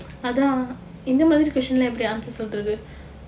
அதான் இந்த மாதிரி:athaan intha maathiri question எப்டி:epdi answer சொல்றது:solrathu